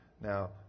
Now